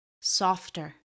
softer